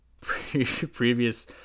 previous